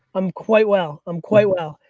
i'm quite well. i'm quite well.